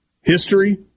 history